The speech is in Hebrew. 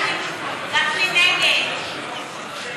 סיעת הרשימה המשותפת,